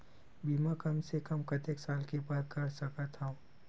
बीमा कम से कम कतेक साल के बर कर सकत हव?